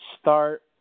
start